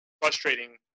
frustrating